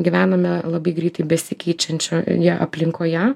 gyvename labai greitai besikeičiančioje aplinkoje